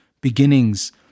beginnings